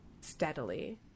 steadily